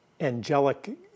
angelic